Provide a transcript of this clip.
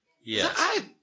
Yes